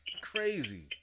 Crazy